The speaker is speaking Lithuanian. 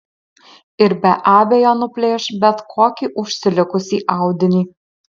ir be abejo nuplėš bet kokį užsilikusį audinį